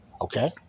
Okay